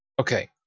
Okay